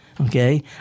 Okay